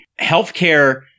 healthcare